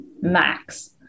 max